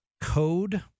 code